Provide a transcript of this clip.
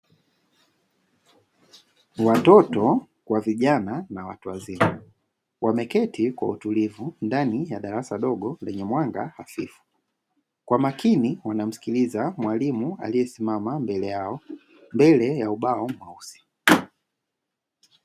Watoto wa vijana na watu wazima ,wameketi kwa utulivu ndani ya darasa dogo lenye mwanga hafufu, kwa makini wanamsikiliza mwalimu aliyesimama mbele yao, mbele ya ubao mweusi.